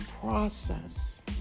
process